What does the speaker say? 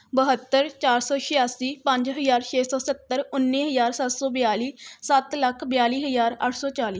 ਬਹੱਤਰ ਚਾਰ ਸੌ ਛਿਆਸੀ ਪੰਜ ਹਜ਼ਾਰ ਛੇ ਸੌ ਸੱਤਰ ਉੱਨੀ ਹਜ਼ਾਰ ਸੱਤ ਸੌ ਬਿਆਲੀ ਸੱਤ ਲੱਖ ਬਿਆਲੀ ਹਜ਼ਾਰ ਅੱਠ ਸੌ ਚਾਲ੍ਹੀ